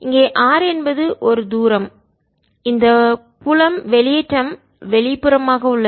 இங்கே r என்பது ஒரு தூரம் இந்த புலம் வெளியேற்றம் வெளிப்புறமாக உள்ளது